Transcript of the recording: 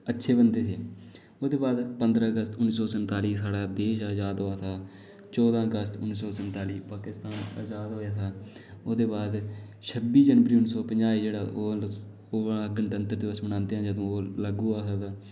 अच्छे बंदे हे ओह्दे बाद पंदरां अगस्त उन्नी सौ संताली गी साढ़ा देश अजाद होआ था चौदां अगस्त उन्नी सौ संताली गी पाकिस्तान अजाद होएआ था ओह्दे बाद छब्बी जनवरी उन्नी सौ पंजाह् ओह जेह्ड़ा गणतंत्र दिवस मनांदे जदूं ओह लागू होआ हा जेह्ड़ा